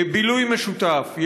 בילוי משותף,